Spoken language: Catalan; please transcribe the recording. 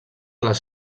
les